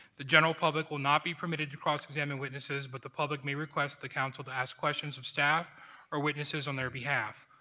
the general public will not be permitted to cross-examine witnesses, but the public may request the council to ask questions of staff or witnesses on their behalf.